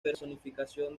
personificación